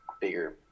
bigger